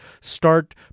start